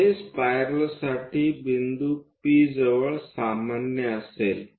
हे स्पायरलसाठी बिंदू P जवळ सामान्य असेल